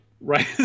Right